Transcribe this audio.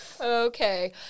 Okay